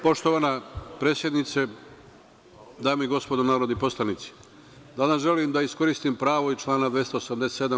Poštovana predsednice, dame i gospodo narodni poslanici, danas želim da iskoristim pravo iz člana 287.